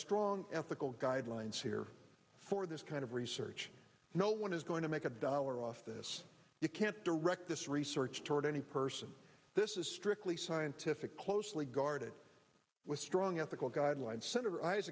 strong ethical guidelines here for this kind of research no one is going to make a dollar off this you can't direct this research toward any person this is strictly scientific closely guarded with strong ethical guidelines se